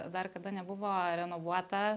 dar kada nebuvo renovuota